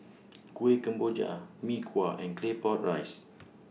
Kueh Kemboja Mee Kuah and Claypot Rice